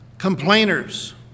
Complainers